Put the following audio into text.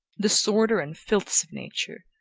the sordor and filths of nature,